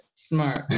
smart